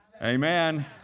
Amen